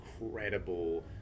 incredible